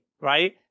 right